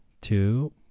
two